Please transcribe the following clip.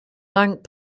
bank